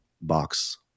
box